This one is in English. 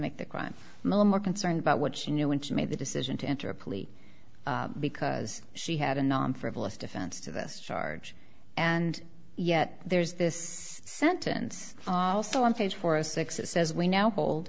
make the crime concerned about what she knew when she made the decision to enter a plea because she had a non frivolous defense to this charge and yet there's this sentence also on page four a six that says we now hold